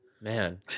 Man